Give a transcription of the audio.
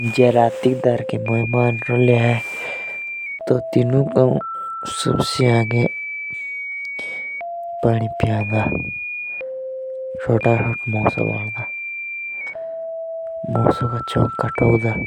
अगर घर में मेहमान आ रखे हो। तो उन्हें पाँच मिनट में में चिकन बना दूंगा और उन्हें खिला दूंगा फिर